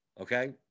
okay